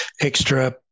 extra